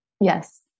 Yes